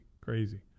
crazy